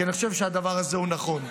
כי אני חושב שהדבר הזה הוא נכון.